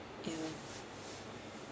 ya